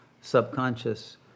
subconscious